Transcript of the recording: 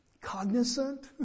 cognizant